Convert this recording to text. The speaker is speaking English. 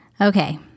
Okay